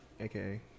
AKA